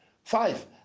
Five